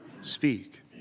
Speak